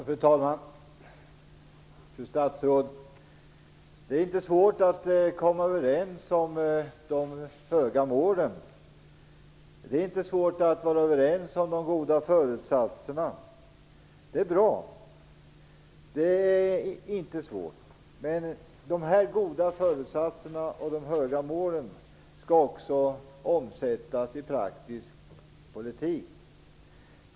Fru talman! Fru statsråd! Det är inte svårt att komma överens om de höga målen eller om de goda föresatserna. Det är bra. Men de goda föresatserna och de höga målen skall också omsättas i praktisk politik.